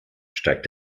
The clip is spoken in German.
steigt